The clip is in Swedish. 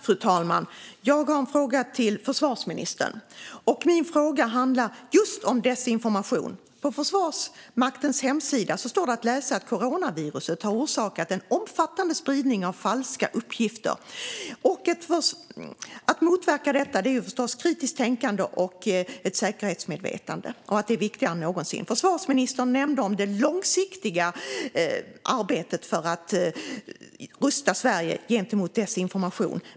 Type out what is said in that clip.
Fru talman! Jag har en fråga till försvarsministern. Min fråga handlar just om desinformation. På Försvarsmaktens hemsida står att läsa att coronaviruset har orsakat en omfattande spridning av falska uppgifter. Att motverka detta handlar förstås om kritiskt tänkande och ett säkerhetsmedvetande. Det är viktigare än någonsin. Försvarsministern nämnde det långsiktiga arbetet för att rusta Sverige gentemot desinformation.